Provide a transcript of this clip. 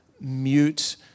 mute